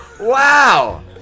Wow